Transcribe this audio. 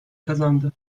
kazandı